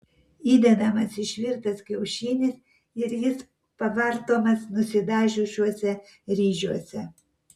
įdedamas išvirtas kiaušinis ir jis pavartomas nusidažiusiuose ryžiuose